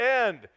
end